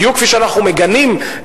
בדיוק כפי שאנחנו מגנים,